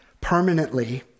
permanently